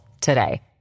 today